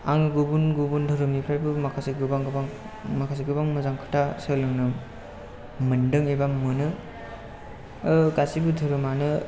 आं गुबुन गुबुन धोरोमनिफ्रायबो माखासे गोबां गोबां माखासे गोबां खोथा सोलोंनो मोन्दों एबा मोनो ओह गासिबो धोरोमानो